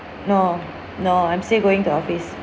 no no I'm still going to office